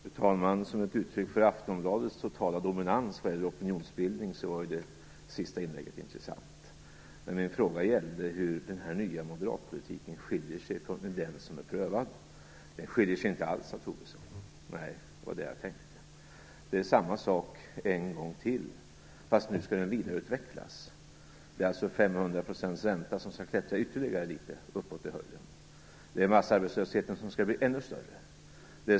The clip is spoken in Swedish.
Fru talman! Som ett uttryck för Aftonbladets totala dominans vad gäller opinionsbildning är det sista inlägget intressant. Men min fråga gällde hur den här nya moderatpolitiken skiljer sig från den som är prövad. Den skiljer sig inte alls, sade Lars Tobisson. Nej, det var det jag tänkte. Det är samma sak en gång till, fast nu skall denna politik vidareutvecklas. 500 procents ränta skall alltså klättra ytterligare litet uppåt. Massarbetslösheten skall bli ännu större.